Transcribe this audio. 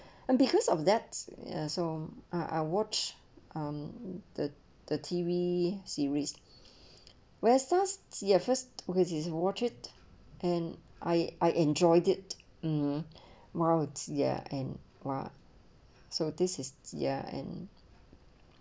and because of that ya so I I watch um the the T_V series where such ya first because his watch it and I I enjoyed it mm more out there and lah so this is ya and